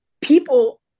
people